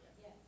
Yes